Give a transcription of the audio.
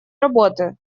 работы